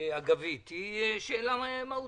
אגבית אלא מהותית.